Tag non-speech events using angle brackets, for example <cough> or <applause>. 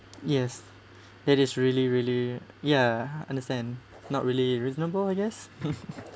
yes that is really really yeah understand not really reasonable I guess <laughs>